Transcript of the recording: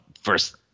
first –